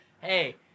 Hey